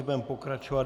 Budeme pokračovat.